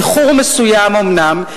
באיחור מסוים אומנם,